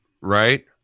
right